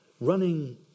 running